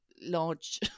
large